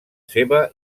seva